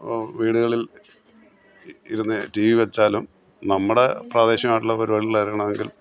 വീടുകളിൽ ഇരുന്ന് TV വച്ചാലും നമ്മുടെ പ്രാദേശികമായിട്ടുള്ള പരിപാടികൾ അറിയണമെങ്കിൽ